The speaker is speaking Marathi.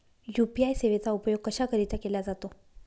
यू.पी.आय सेवेचा उपयोग कशाकरीता केला जातो?